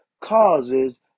causes